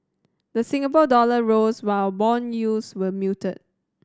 the Singapore dollar rose while bond yields were muted